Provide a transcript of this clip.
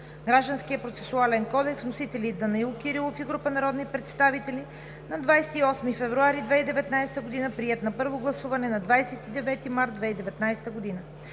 Гражданския процесуален кодекс. Вносители – Данаил Кирилов и група народни представители на 28 февруари 2019 г., приет на първо гласуване на 29 март 2019 г.